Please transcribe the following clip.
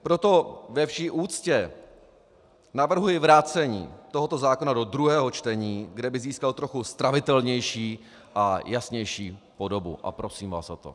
Proto ve vší úctě navrhuji vrácení tohoto zákona do druhého čtení, kde by získal trochu stravitelnější a jasnější podobu, a prosím vás o to.